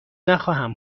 نخواهم